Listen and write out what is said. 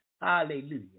Hallelujah